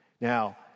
Now